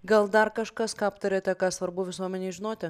gal dar kažkas ką aptarėte ką svarbu visuomenei žinoti